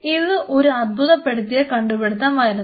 ഇത് ഒരു അത്ഭുതപ്പെടുത്തിയ കണ്ടുപിടിത്തമായിരുന്നു